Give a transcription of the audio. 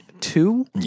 two